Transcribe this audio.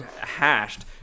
hashed